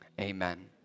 amen